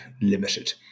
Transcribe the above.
limited